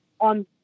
on